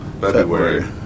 February